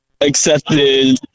accepted